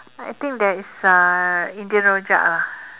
I think there is uh Indian rojak ah